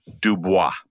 Dubois